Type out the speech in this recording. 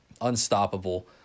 unstoppable